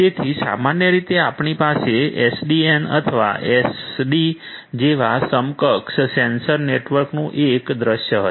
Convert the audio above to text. તેથી સામાન્ય રીતે આપણી પાસે એસડીએન અથવા એસડી જેવા સક્ષમ સેન્સર નેટવર્કનું એક દૃશ્ય હશે